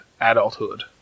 adulthood